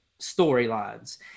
storylines